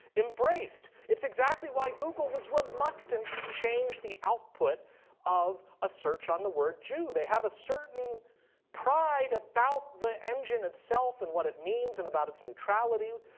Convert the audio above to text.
embraced. it's exactly why google was reluctant to change the output of a search on the word jew. they have a certain pride about the engine itself and what it means and about its neutrality,